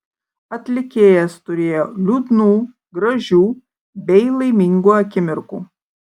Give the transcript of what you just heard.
atlikėjas turėjo liūdnų gražių bei laimingų akimirkų